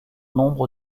nombre